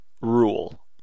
rule